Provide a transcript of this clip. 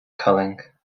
culling